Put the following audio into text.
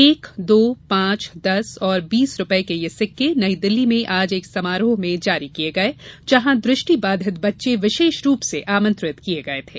एक दो पांच दस और बीस रूपये के ये सिक्के नई दिल्ली में आज एक समारोह में जारी किये गये जहां दृष्टिबाधित बच्चे विशेष रूप से आमंत्रित किये गये थे